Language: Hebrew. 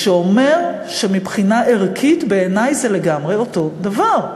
שאומר שמבחינה ערכית בעיני זה לגמרי אותו הדבר.